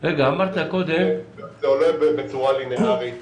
הולך בצורה ליניארית.